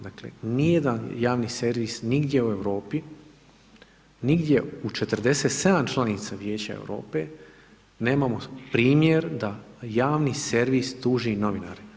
Dakle nijedan javni servis nigdje u Europi, nigdje u 47 članica Vijeća Europe, nemamo primjer da javni servis tuži novinare.